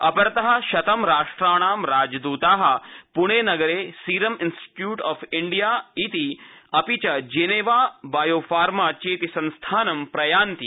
अपरत शतं राष्ट्राणां राजद्रता प्णे न रे सीरम इंस्टीट्यूट ऑफ इंडिया इति जेनेवा बायोफार्मा चेति संस्थानं प्रयान्ति